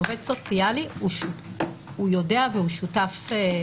עובד סוציאלי הוא יודע והוא שותף,